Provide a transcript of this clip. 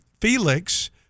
Felix